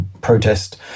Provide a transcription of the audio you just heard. protest